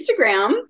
Instagram